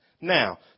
Now